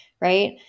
right